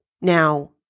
Now